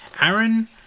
Aaron